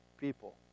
people